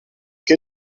die